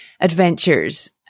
adventures